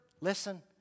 listen